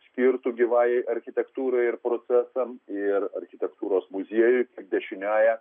skirtų gyvajai architektūrai ir procesams ir architektūros muziejui dešiniąja